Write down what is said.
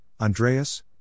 Andreas